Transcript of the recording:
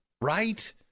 Right